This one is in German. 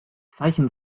zeichen